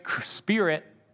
spirit